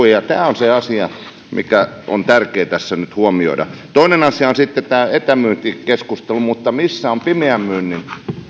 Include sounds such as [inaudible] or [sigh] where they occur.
[unintelligible] ja tämä on se asia mikä on tärkeä tässä nyt huomioida toinen asia on sitten etämyyntikeskustelu mutta missä ovat pimeän myynnin